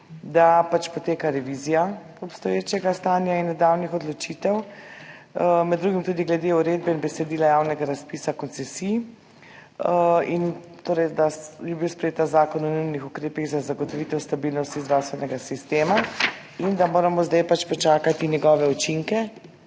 pač poteka revizija obstoječega stanja in nedavnih odločitev, med drugim tudi glede uredbe in besedila javnega razpisa koncesij in glede tega, da je bil sprejet ta Zakon o nujnih ukrepih za zagotovitev stabilnosti zdravstvenega sistema in da moramo zdaj pač počakati njegove učinke,